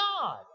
God